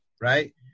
Right